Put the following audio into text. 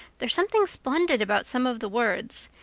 there's something splendid about some of the words.